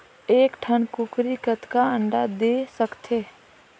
एक ठन कूकरी कतका अंडा दे सकथे?